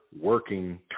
working